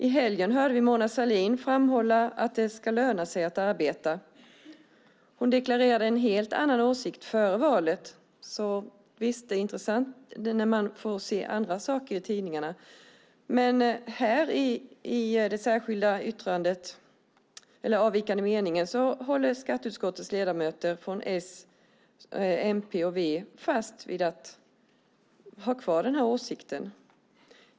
I helgen hörde vi Mona Sahlin framhålla att det ska löna sig att arbeta. Hon deklarerade en helt annan åsikt före valet. Det är alltså intressant när man får se andra saker i tidningarna. Här i den avvikande meningen håller skatteutskottets ledamöter från S, MP och V fast vid den här åsikten.